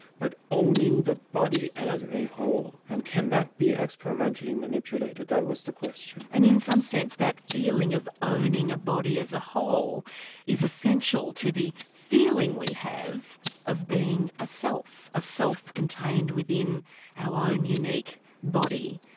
but owning the body as a whole, and can that be experimentally manipulated, that was the question. and in some sense that feeling of owning a body as a whole is essential to the feeling we have of being a self, a self contained within our own unique body.